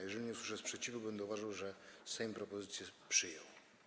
Jeżeli nie usłyszę sprzeciwu, będę uważał, że Sejm propozycję przyjął.